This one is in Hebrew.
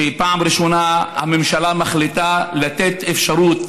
פעם ראשונה הממשלה מחליטה לתת אפשרות